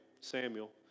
Samuel